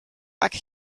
back